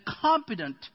competent